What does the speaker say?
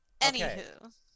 Anywho